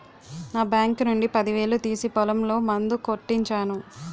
నా బాంకు నుండి పదివేలు తీసి పొలంలో మందు కొట్టించాను